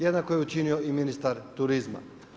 Jednako je učinio i ministar turizma.